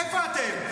איפה אתם?